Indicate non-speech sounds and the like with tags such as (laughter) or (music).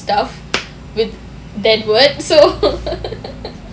stuff with that word so (laughs)